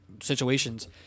situations